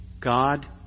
God